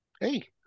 Hey